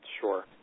Sure